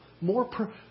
more